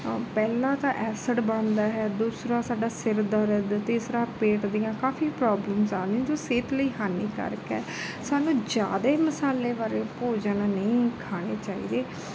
ਪਹਿਲਾਂ ਤਾਂ ਐਸਿਡ ਬਣਦਾ ਹੈ ਦੂਸਰਾ ਸਾਡਾ ਸਿਰ ਦਰਦ ਤੀਸਰਾ ਪੇਟ ਦੀਆਂ ਕਾਫ਼ੀ ਪ੍ਰੋਬਲਮਸ ਆ ਜੋ ਸਿਹਤ ਲਈ ਹਾਨੀਕਾਰਕ ਹੈ ਸਾਨੂੰ ਜ਼ਿਆਦਾ ਮਸਾਲੇ ਵਾਲੇ ਭੋਜਨ ਨਹੀਂ ਖਾਣੇ ਚਾਹੀਦੇ